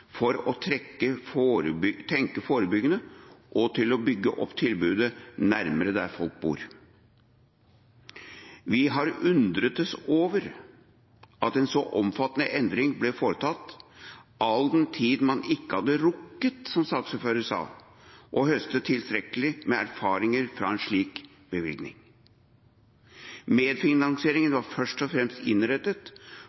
tenke forebygging og til å bygge opp tilbudet nærmere der folk bor. Vi har undret oss over at en så omfattende endring ble foretatt, all den tid man ikke hadde rukket, som saksordføreren sa, å høste tilstrekkelig med erfaring fra en slik bevilgning. Medfinansieringen